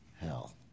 hell